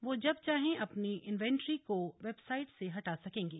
वह जब चाहें अपनी इनवेंट्री को वेबसाइट से हटा सकेंगे